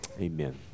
Amen